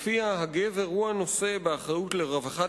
שלפיה הגבר הוא הנושא באחריות לרווחת